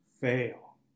fail